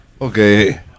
Okay